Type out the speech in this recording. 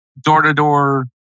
door-to-door